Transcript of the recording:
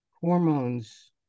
hormones